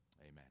Amen